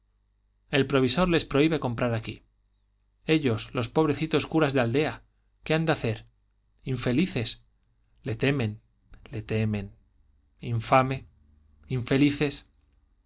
el provisor les prohíbe comprar aquí ellos los pobrecitos curas de aldea qué han de hacer infelices le temen le temen infame infelices